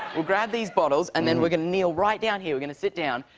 we'll grab these bottles and then we're gonna kneel right down here. we're going to sit down.